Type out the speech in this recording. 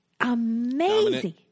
amazing